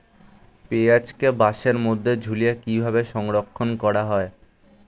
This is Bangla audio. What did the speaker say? পেঁয়াজকে বাসের মধ্যে ঝুলিয়ে কিভাবে সংরক্ষণ করা হয়?